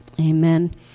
Amen